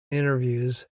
interviews